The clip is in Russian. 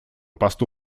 посту